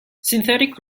synthetic